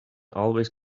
always